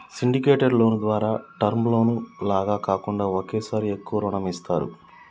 syndicated loan ద్వారా term loan లాగా కాకుండా ఒకేసారి ఎక్కువ రుణం ఇస్తారు